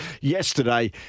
yesterday